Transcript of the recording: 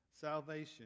salvation